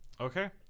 Okay